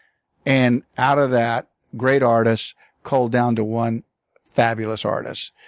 and out of that, great artists culled down to one fabulous artist.